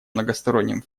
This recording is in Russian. многосторонним